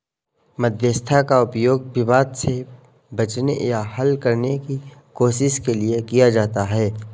मध्यस्थता का उपयोग विवाद से बचने या हल करने की कोशिश के लिए किया जाता हैं